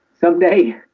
someday